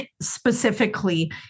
specifically